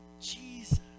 Jesus